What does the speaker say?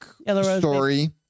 story